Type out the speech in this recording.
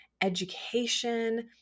education